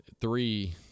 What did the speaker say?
three